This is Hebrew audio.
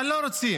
אבל לא רוצים.